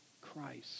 Christ